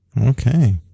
Okay